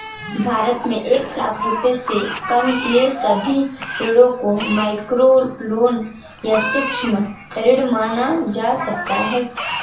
भारत में एक लाख रुपए से कम के सभी ऋणों को माइक्रोलोन या सूक्ष्म ऋण माना जा सकता है